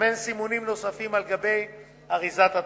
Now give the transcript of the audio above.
לסמן סימונים נוספים על גבי אריזת התרופות.